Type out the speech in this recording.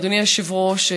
אדוני היושב-ראש,